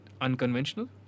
unconventional